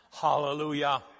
Hallelujah